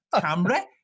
camera